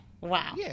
Wow